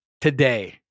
today